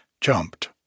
jumped